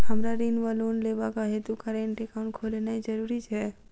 हमरा ऋण वा लोन लेबाक हेतु करेन्ट एकाउंट खोलेनैय जरूरी छै?